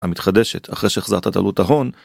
המתחדשת אחרי שהחזרת את עלות ההון